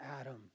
Adam